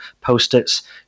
post-its